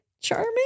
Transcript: charming